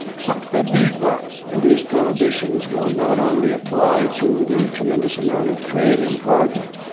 trump said these words and these prohibitions will not only apply to the tremendous amount of trade and cargo,